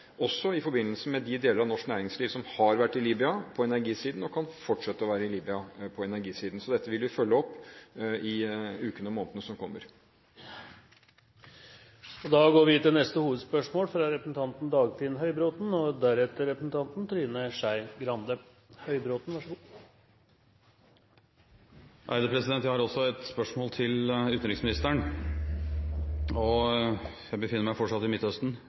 i forbindelse med de deler av norsk næringsliv som har vært og som vil fortsette å være i Libya på energisiden. Så dette vil vi følge opp i ukene og månedene som kommer. Vi går videre til neste hovedspørsmål. Jeg har også et spørsmål til utenriksministeren. Jeg befinner meg fortsatt i Midtøsten. Det er klare tegn på at situasjonen i Egypt spesielt, etter president Mubaraks fall, har ført til en voldsom forverring av situasjonen for minoriteter generelt og